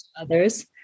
Others